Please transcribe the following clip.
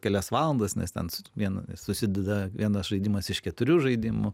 kelias valandas nes ten su vienu susideda vienas žaidimas iš keturių žaidimų